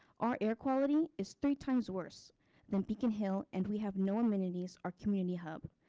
our air quality is three times worse than beacon hill and we have no amenities or community hub.